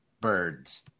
birds